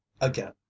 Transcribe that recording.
again